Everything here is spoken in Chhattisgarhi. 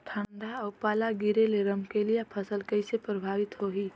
ठंडा अउ पाला गिरे ले रमकलिया फसल कइसे प्रभावित होही?